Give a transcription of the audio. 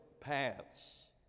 paths